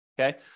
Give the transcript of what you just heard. okay